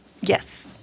yes